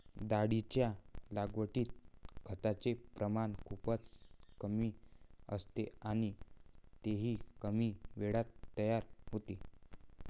डाळींच्या लागवडीत खताचे प्रमाण खूपच कमी असते आणि तेही कमी वेळात तयार होते